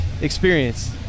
experience